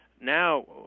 now